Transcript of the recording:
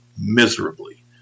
miserably